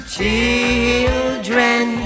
Children